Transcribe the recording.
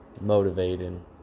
Motivating